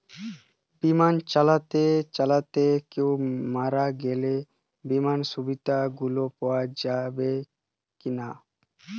বিমা চালাতে চালাতে কেও মারা গেলে বিমার সুবিধা গুলি পাওয়া যাবে কি না?